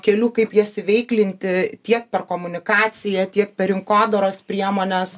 kelių kaip jas įveiklinti tiek per komunikaciją tiek per rinkodaros priemones